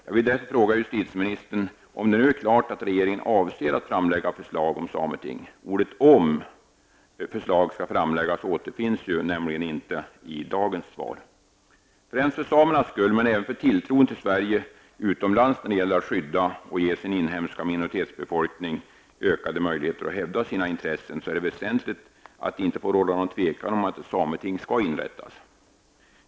Jag vill därför fråga justitieministern om det nu är klart att regeringen avser att framlägga förslag om ett sameting. Ordet ''om,, förslag skall framläggas återfinns nämligen inte i dagens svar. Främst för samernas skull, men även för tilltron till Sverige utomlands när det gäller att skydda och ge sin inhemska minoritetsbefolkning ökade möjligheter att hävda sina intressen, är det väsentligt att det inte får råda något tvivel om att ett sameting skall inrättas.